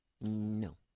No